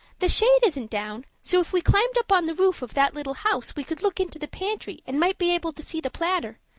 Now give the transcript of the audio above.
the shade isn't down, so if we climbed up on the roof of that little house we could look into the pantry and might be able to see the platter.